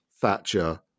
Thatcher